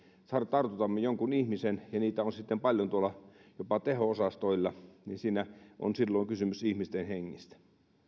tartutamme jonkun ihmisen ja niitä on sitten paljon tuolla jopa teho osastoilla niin siinä on silloin kysymys ihmisten hengestä